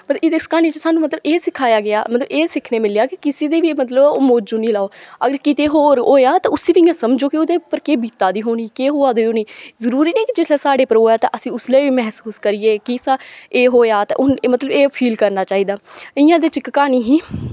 पर इस क्हानी च सानू मतलब एह् सखाया गेआ मतलब एह् सिक्खने गी मिलेआ कि किसे दी बी मतलब मौजू नेईं लेऔ अगर किते होर होएआ ते उसी बी इ'यां समझो के ओह्दे उप्पर केह् बीता दी होनी केह् होआ दी होनी जरूरी नेईं कि जिसले साढ़े उप्पर होऐ ते उसलै महसूस करियै कि साढ़े एह् होएआ ते हून मतलब एह् फील करना चाहिदा इ'यां गै बिच्च क्हानी ही